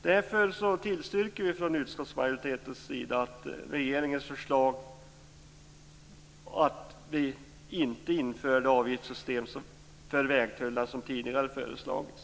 Därför tillstyrker vi från utskottsmajoritetens sida regeringens förslag, att vi inte skall införa det avgiftssystem för vägtullar som tidigare föreslagits.